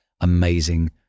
amazing